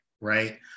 right